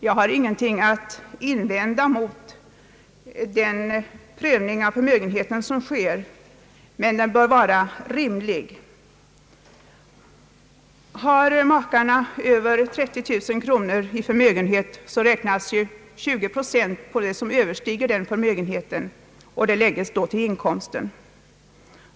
Jag har ingenting att invända mot den prövning av förmögenheten som sker, men det bör vara en skälig jämkning. Har makarna över 30 000 kronor i förmögenhet, räknas 20 procent på den del som överstiger 30 000 kronor, och den beskattningsbara inkomsten ökas med detta belopp.